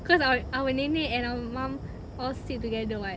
cause our our nenek and our mum all sit together [what]